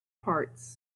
parts